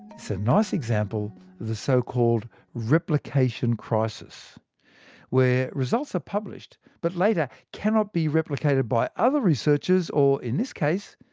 it's a nice example of the so-called replication crisis where results are published, but later cannot be replicated by other researchers. or in this case,